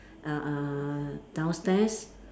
err err downstairs